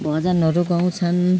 भजनहरू गाउँछन्